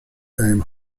aim